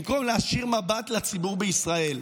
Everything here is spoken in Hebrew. במקום להישיר מבט לציבור בישראל,